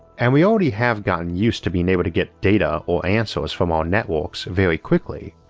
and we already have gotten used to being able to get data or answers from our networks very quickly,